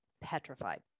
petrified